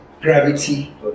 gravity